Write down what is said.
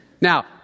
Now